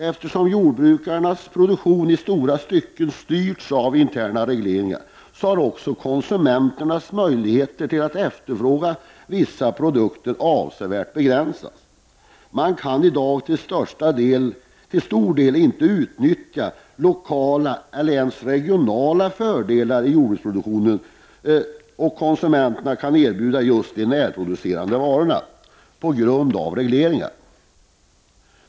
Eftersom jordbrukarnas produktion i stora stycken styrts av interna regleringar har också konsumenternas möjlighet till att efterfråga vissa produkter avsevärt begränsats. Man kan i dag till stor del inte utnyttja lokala eller ens regionala fördelar i jordbrukspolitiken och till konsumenterna erbjuda just de närproducerade produkterna på grund av regleringar.